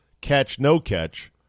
catch-no-catch